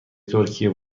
ترکیه